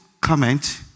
comment